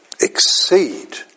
Exceed